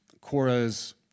Cora's